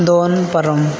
ᱫᱚᱱ ᱯᱟᱨᱚᱢ